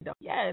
Yes